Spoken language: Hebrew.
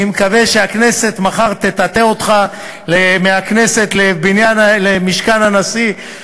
אני מקווה שהכנסת מחר "תטאטא" אותך מהכנסת למשכן הנשיא,